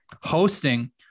hosting